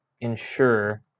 ensure